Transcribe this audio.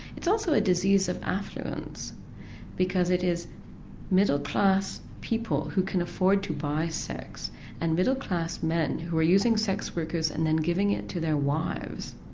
it's also a disease of affluence because it is middle class people who can afford to buy sex and middle class men who are using sex workers and then giving it to their wives,